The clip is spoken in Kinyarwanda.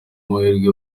amahirwe